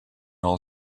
all